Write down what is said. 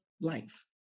life